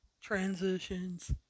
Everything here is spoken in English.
transitions